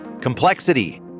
Complexity